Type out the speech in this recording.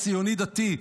הציוני-דתי,